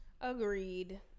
Agreed